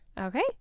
Okay